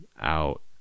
out